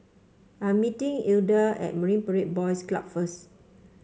I am meeting Ilda at Marine Parade Boys Club first